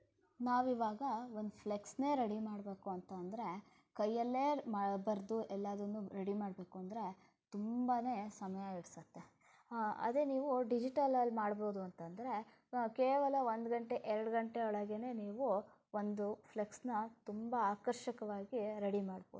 ನಾವು ಇವಾಗ ಒಂದು ಫ್ಲೆಕ್ಸನ್ನೇ ರೆಡಿ ಮಾಡಬೇಕು ಅಂತಂದರೆ ಕೈಯಲ್ಲೇ ಬರೆದು ಎಲ್ಲವನ್ನು ರೆಡಿ ಮಾಡಬೇಕು ಅಂತಂದರೆ ತುಂಬಾ ಸಾಮಾನ್ಯ ಹಿಡಿಸುತ್ತೆ ಅದೇ ನೀವು ಡಿಜಿಟಲಲ್ಲಿ ಮಾಡ್ಬೌದು ಅಂತಂದರೆ ಕೇವಲ ಒಂದು ಗಂಟೆ ಎರಡು ಗಂಟೆ ಒಳಗೇ ನೀವು ಒಂದು ಫ್ಲೆಕ್ಸನ್ನ ತುಂಬ ಆಕರ್ಷಕವಾಗಿ ರೆಡಿ ಮಾಡ್ಬೌದು